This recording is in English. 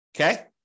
okay